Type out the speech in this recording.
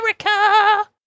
America